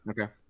Okay